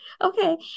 okay